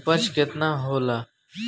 उपज केतना होला?